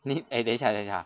你 eh 等下等下